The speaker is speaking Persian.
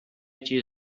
چیز